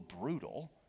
brutal